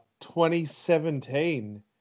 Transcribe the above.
2017